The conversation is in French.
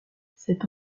cette